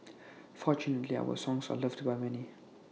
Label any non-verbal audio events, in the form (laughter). (noise) fortunately our songs are loved by many